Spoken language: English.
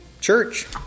church